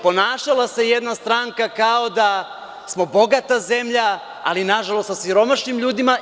Ponašala se jedna stranka kao da smo bogata zemlja, ali, nažalost, sa siromašnim ljudima.